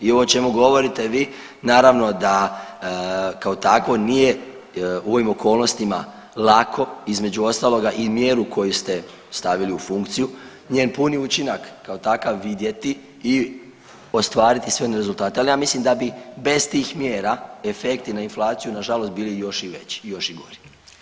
I ovo o čemu govorite vi, naravno da kao takvo nije u ovim okolnostima lako između ostaloga i mjeru koju ste stavili u funkciju, njen puni učinak kao takav vidjeti i ostvariti svejedno rezultate, ali ja mislim da bi bez tih mjera efekti na inflaciju nažalost bili još i veći i još i gori.